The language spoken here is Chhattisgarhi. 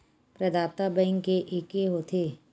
प्रदाता बैंक के एके होथे?